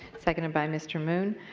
seconded by mr. moon.